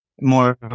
more